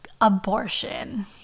abortion